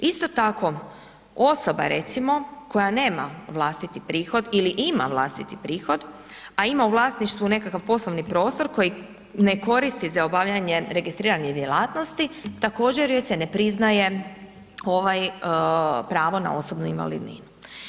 Isto tako, osoba, recimo, koja nema vlastiti prihod ili ima vlastiti prihod, a ima u vlasništvu nekakav poslovni prostor koji ne koristi za obavljanje registrirane djelatnosti, također joj se ne priznaje pravo na osobnu invalidninu.